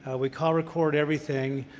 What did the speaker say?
we call-record everything.